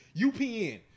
UPN